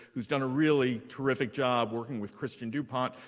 who's done a really terrific job working with christian dupont,